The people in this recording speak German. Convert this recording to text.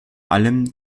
allem